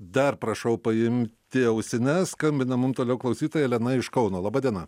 dar prašau paimti ausines skambina mum toliau klausytoja elena iš kauno laba diena